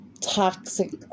toxic